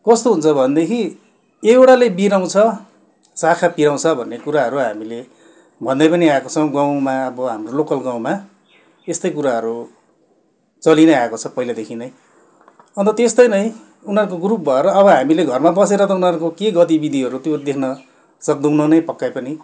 कस्तो हुन्छ भनेदेखि एउटाले बिराउँछ साखा पिराउँछ भन्ने कुराहरू हामीले भन्दै पनि आएको छौँ गाउँमा अब हाम्रो लोकल गाउँमा यस्तै कुराहरू चली नै आएको छ पहिलादेखि नै अन्त त्यस्तै नै उनीहरूको ग्रुप भएर अब हामीले घरमा बसेर त उनीहरूको के गतिविधिहरू त्यो देख्न सक्दैनौँ नै पक्कै पनि